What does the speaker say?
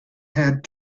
had